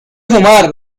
fumar